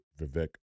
Vivek